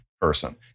person